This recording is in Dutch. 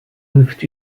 hoeft